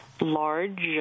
large